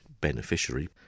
beneficiary